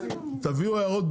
כמה עובדות --- היושב-ראש,